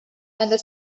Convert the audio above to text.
and